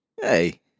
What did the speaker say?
Hey